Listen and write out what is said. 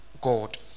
God